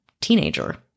teenager